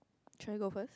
should I go first